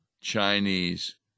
Chinese